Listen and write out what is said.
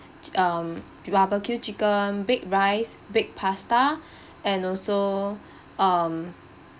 chi~ um b~ barbecue chicken baked rice baked pasta and also um